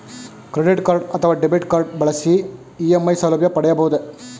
Credit card ಅಥವಾ debit card ಬಳಸಿ EMI ಸೌಲಭ್ಯ ಪಡೆಯಬಹುದೇ?